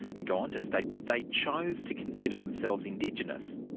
and go on to state that they chose to consider themselves indigenous,